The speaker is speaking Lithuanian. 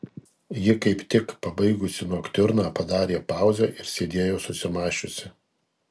ji kaip tik pabaigusi noktiurną padarė pauzę ir sėdėjo susimąsčiusi